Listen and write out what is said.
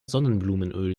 sonnenblumenöl